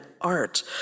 art